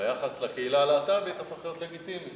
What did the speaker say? והיחס לקהילה הלהט"בית הפך להיות לגיטימי.